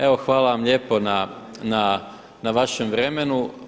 Evo hvala vam lijepo na vašem vremenu.